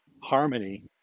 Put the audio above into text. harmony